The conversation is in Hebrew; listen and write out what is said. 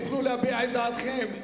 תוכלו להביע את דעתכם.